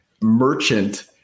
Merchant